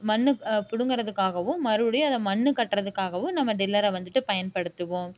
மண் பிடுங்கிறதுக்காகவும் மறுபடியும் அதை மண் கட்டுகிறதுக்காகவும் நம்ம டில்லரை வந்துட்டு பயன்படுத்துவோம்